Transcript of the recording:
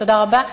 תודה רבה.